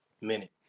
minute